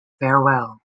farewell